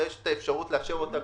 ויש אפשרות לאשר אותו,